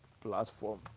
platform